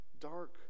dark